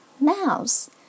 mouse